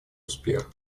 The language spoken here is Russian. успех